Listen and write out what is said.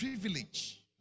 Privilege